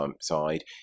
side